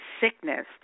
sickness